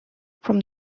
from